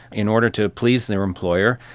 in order to please their employer,